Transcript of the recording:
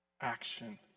action